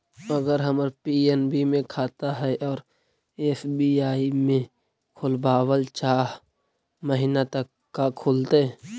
अगर हमर पी.एन.बी मे खाता है और एस.बी.आई में खोलाबल चाह महिना त का खुलतै?